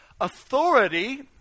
authority